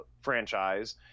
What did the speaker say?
franchise